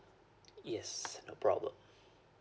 yes no problem